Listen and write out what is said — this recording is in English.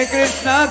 Krishna